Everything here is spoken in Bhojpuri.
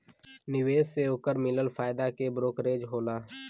निवेश से ओकर मिलल फायदा के ब्रोकरेज होला